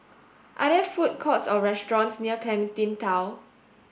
are there food courts or restaurants near Clementi Town